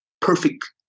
perfect